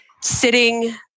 sitting